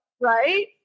right